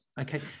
Okay